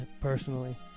personally